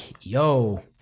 yo